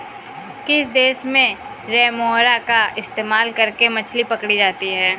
किस देश में रेमोरा का इस्तेमाल करके मछली पकड़ी जाती थी?